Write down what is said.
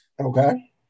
Okay